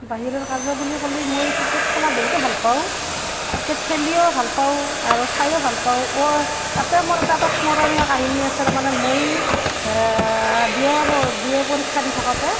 বাহিৰা কাৰ্য বুলি ক'লে মই ক্ৰিকেট খেলা বহুতেই ভাল পাওঁ ক্ৰিকেট খেলিও ভাল পাওঁ আৰু চাইয়ো ভাল পাওঁ ওৱ তাতে মোৰ এটা এটা স্মৰণীয় কাহিনী আছে তাৰ মানে মই বি এ প বি এ পৰীক্ষা দি থাকোঁতে